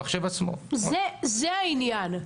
זה העניין.